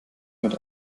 mit